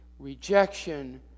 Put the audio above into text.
rejection